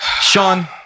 Sean